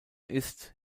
ist